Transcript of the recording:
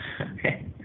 Okay